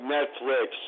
Netflix